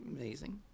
amazing